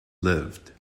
lived